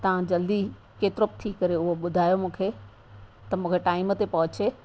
तव्हां जल्दी केतिरो बि थी करे उहो ॿुधायो मूंखे त मूंखे टाइम ते पहुचे